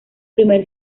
primer